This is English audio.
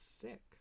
sick